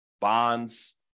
bonds